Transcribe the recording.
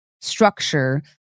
structure